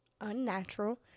unnatural